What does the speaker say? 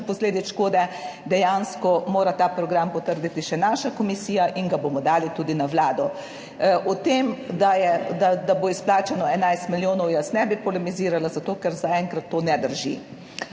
posledic škode, dejansko mora ta program potrditi še naša komisija in ga bomo dali tudi na Vlado. O tem, da bo izplačano 11 milijonov, jaz ne bi polemizirala, zato ker zaenkrat to ne drži.